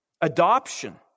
Adoption